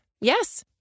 Yes